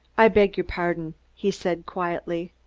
i beg your pardon, he said quietly.